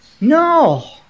No